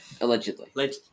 allegedly